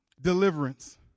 deliverance